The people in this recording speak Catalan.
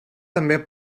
també